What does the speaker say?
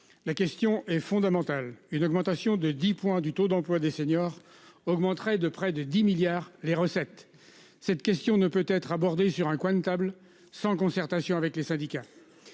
La question est fondamentale, une augmentation de 10 points du taux d'emploi des seniors augmenterait de près de 10 milliards les recettes. Cette question ne peut être abordé sur un coin de table sans concertation avec les syndicats.